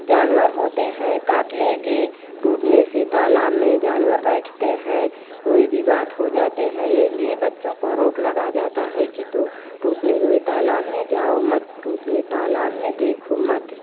जानवर होते हैं काट लेंगे टूटने से तालाब में जानवर बैठते हैं कोई भी बात हो जाते हैं यह लिए बच्चों को रोक लगा जाता है कि टू टूटने हुए तालाब में जाओ मत टूटने तालाब में देखो मत